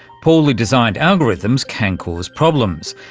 poorly designed algorithms can cause problems.